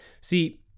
See